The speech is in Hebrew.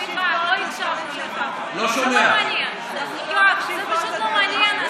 זה לא מעניין, יואב, זה פשוט לא מעניין.